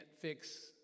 fix